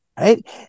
right